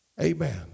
amen